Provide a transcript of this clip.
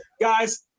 guys